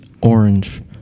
Orange